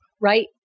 right